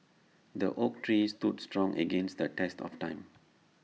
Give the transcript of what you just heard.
the oak tree stood strong against the test of time